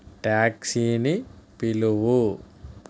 taxi ని పిలువు